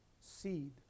seed